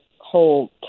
whole